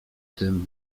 tym